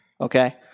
okay